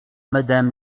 madame